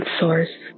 source